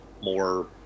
more